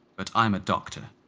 but i'm a doctor.